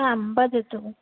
आं वदतु